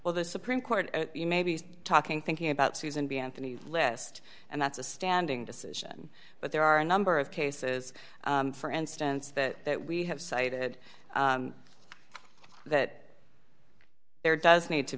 well the supreme court you may be talking thinking about susan b anthony list and that's a standing decision but there are a number of cases for instance that we have cited that there does need to